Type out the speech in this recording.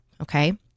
Okay